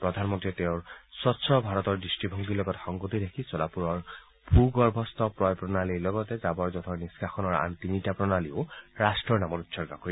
প্ৰধানমন্ৰীয়ে তেওঁৰ স্বছ্ ভাৰতৰ দৃষ্টিভংগীৰ লগত সংগতি ৰাখি ছলাপুৰৰ ভূগৰ্ভস্থ পয় প্ৰণালীৰ লগতে জাৱৰ জোথৰ নিহ্মাষণৰ আন তিনিটা প্ৰণালী ৰাট্টৰ নামত উৎসৰ্গা কৰিব